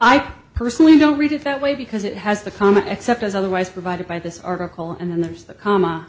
i personally don't read it that way because it has the comma except as otherwise provided by this article and then there's the comma